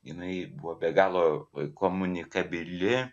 jinai buvo be galo komunikabili